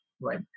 Right